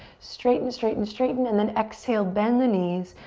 straighten, straighten, straighten. and then exhale, bend the knees,